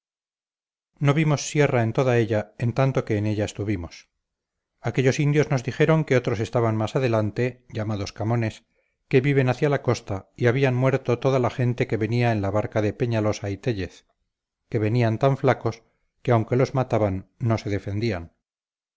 no vimos sierra en toda ella en tanto que en ella estuvimos aquellos indios nos dijeron que otros estaban más adelante llamados camones que viven hacia la costa y habían muerto toda la gente que venía en la barca de peñalosa y téllez que venían tan flacos que aunque los mataban no se defendían